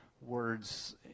words